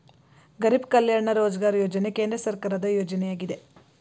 ಗರಿಬ್ ಕಲ್ಯಾಣ ರೋಜ್ಗಾರ್ ಯೋಜನೆ ಕೇಂದ್ರ ಸರ್ಕಾರದ ಯೋಜನೆಯಾಗಿದೆ